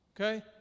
Okay